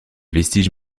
vestiges